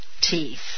teeth